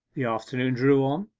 the afternoon drew on.